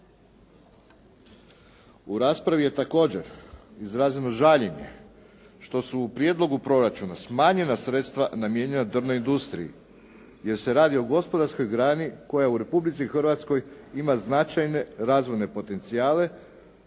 U raspravi je također izraženo žaljenje što su u prijedlogu proračuna smanjena sredstava namijenjena drvnoj industriji, jer se radi o gospodarskoj grani koja u Republici Hrvatskoj ima značajne razvojne potencijale,